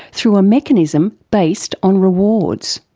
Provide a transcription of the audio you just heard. through a mechanism based on rewards.